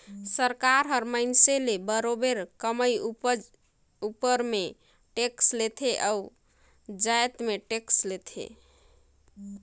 सरकार हर मइनसे ले बरोबेर कमई उपर में टेक्स लेथे अउ जाएत में टेक्स लेथे